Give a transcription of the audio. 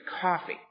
coffee